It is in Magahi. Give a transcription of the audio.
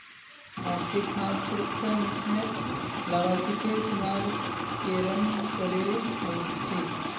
राष्ट्रीय खाद्य सुरक्षा मिशनेर लाभार्थिकेर चुनाव केरन करें हो छेक